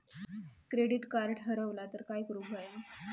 Credit card हरवला तर काय करुक होया?